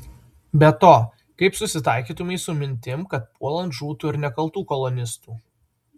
be to kaip susitaikytumei su mintim kad puolant žūtų ir nekaltų kolonistų